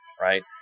right